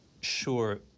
Sure